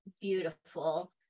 beautiful